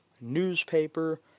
newspaper